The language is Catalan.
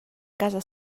casa